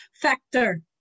factor